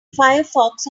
firefox